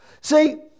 See